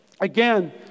Again